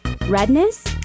Redness